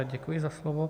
Děkuji za slovo.